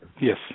Yes